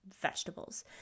vegetables